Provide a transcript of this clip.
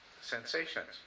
sensations